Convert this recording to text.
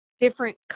Different